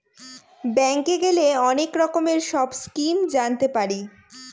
ব্যাঙ্কে গেলে অনেক রকমের সব স্কিম জানতে পারি